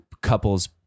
couples